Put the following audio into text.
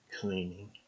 cleaning